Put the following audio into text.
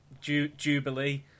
Jubilee